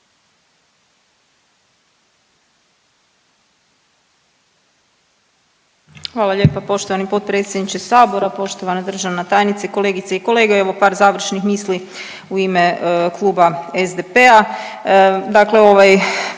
Hvala lijepa poštovani potpredsjedniče sabora. Poštovana državna tajnice, kolegice i kolege, kao što je i uvodno